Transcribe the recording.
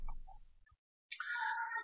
अन्य सबूत क्या है